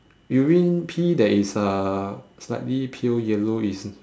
urine pee there is a slightly pale yellow is